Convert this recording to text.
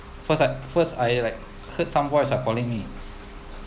first I first I like heard some voice are calling me